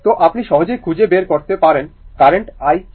তো আপনি সহজেই খুঁজে বের করতে পারেন কারেন্ট i কি